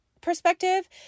perspective